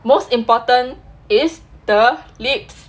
most important is the lips